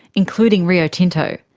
including rio tinto.